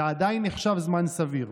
זה עדיין נחשב זמן סביר.